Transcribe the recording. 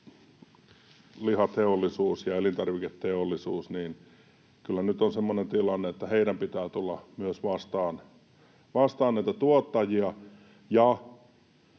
lihateollisuuden ja elintarviketeollisuuden — kyllä nyt on semmoinen tilanne — pitää tulla vastaan näitä tuottajia.